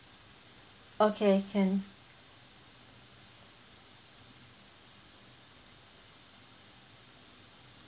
okay can